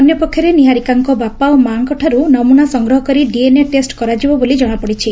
ଅନ୍ୟପକ୍ଷରେ ନିହାରିକାଙ୍କ ବାପା ଓ ମା'ଙ୍କଠାରୁ ନମୁନା ସଂଗ୍ରହ କରି ଡିଏନ୍ଏ ଟେଷ କରାଯିବ ବୋଲି ଜଣାପଡ଼ିଛି